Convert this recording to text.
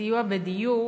לסיוע בדיור